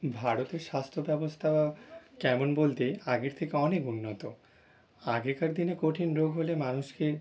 ভারতের স্বাস্থ্য ব্যবস্থা কেমন বলতে আগের থেকে অনেক উন্নত আগেকার দিনে কঠিন রোগ হলে মানুষকে